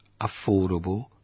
affordable